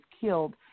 killed